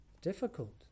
Difficult